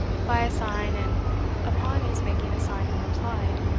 by a sign, and upon his making a sign in reply,